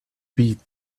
beat